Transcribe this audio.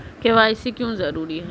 KYC क्यों जरूरी है?